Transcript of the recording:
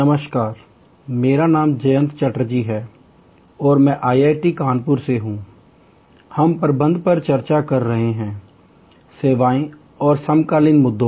नमस्कार मेरा नाम जयंत चटर्जी है और मैं आईआईटी कानपुर से हूँ हम चर्चा कर रहे हैं प्रबंध सेवाएं और समकालीन मुद्दे